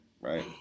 right